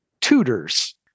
tutors